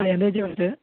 എന്താ ചേച്ചി വിളിച്ചത്